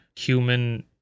human